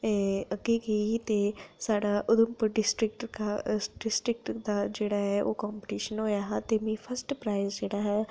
अग्गें गेई ते साढ़ा जेह्ड़ा उधमपुर डिस्ट्रिक्ट डिस्ट्रिक्ट दा जेह्ड़ा ऐ ओह् कॉम्पिटिशन होएआ हा ते फर्स्ट प्राइज जेह्ड़ा हा